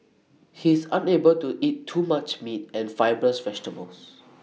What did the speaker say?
he is unable to eat too much meat and fibrous vegetables